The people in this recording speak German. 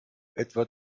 etwa